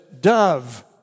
dove